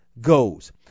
goes